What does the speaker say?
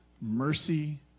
mercy